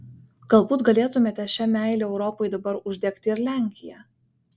galbūt galėtumėme šia meile europai dabar uždegti ir lenkiją